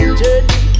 journey